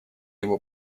его